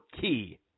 key